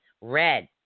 red